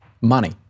money